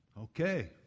Okay